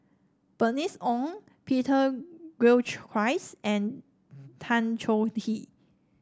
Bernice Ong Peter Gilchrist and Tan Choh Tee